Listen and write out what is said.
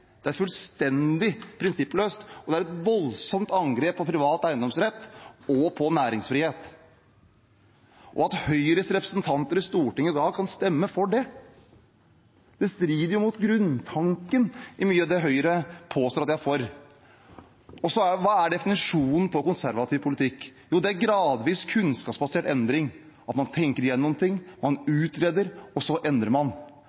Det er fullstendig prinsippløst, og det er et voldsomt angrep på privat eiendomsrett og på næringsfrihet. At Høyres representanter i Stortinget kan stemme for det, strider mot grunntanken i mye av det Høyre påstår at de er for. Hva er definisjonen på konservativ politikk? Jo, det er gradvis, kunnskapsbasert endring, at man tenker gjennom ting, man utreder, og så endrer man.